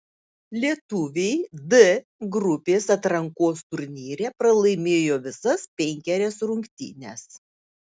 lietuviai d grupės atrankos turnyre pralaimėjo visas penkerias rungtynes